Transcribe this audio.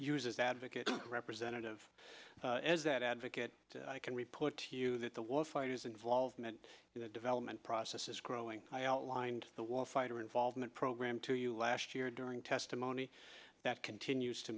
uses advocate representative as that advocate i can report to you that the war fighters involvement in the development process is growing i outlined the wall fighter involvement program to you last year during testimony that continues to